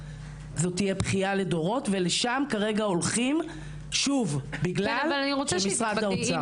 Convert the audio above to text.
זו תהיה בכיה לדורות ולשם כרגע הולכים בגלל שמרד האוצר.